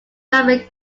novel